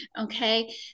okay